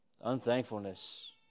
Unthankfulness